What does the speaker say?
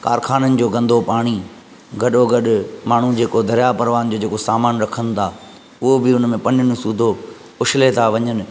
कारख़ाननि जो गंदो पाणी गॾो गॾु माण्हू जेको दरिया प्रवाहन जो जेको सामान रखनि था उहो बि उन में पनियुनि सूधो उछिले था वञनि